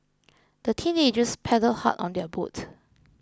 the teenagers paddled hard on their boat